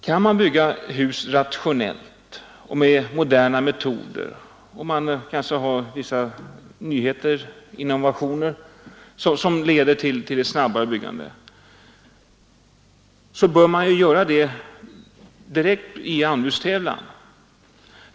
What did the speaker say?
Kan man bygga hus rationellt och med moderna metoder — kanske med hjälp av vissa innovationer, som leder till snabbare byggande — bör man redovisa detta direkt i anbudstävlan.